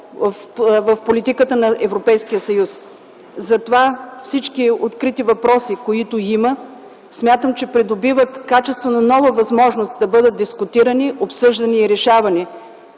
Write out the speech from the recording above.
в политиката на Европейския съюз. Затова всички открити въпроси, които има, смятам, че придобиват качествено нова възможност да бъдат дискутирани, обсъждани и решавани